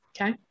Okay